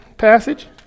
passage